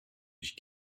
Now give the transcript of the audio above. ich